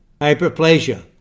hyperplasia